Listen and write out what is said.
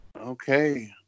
Okay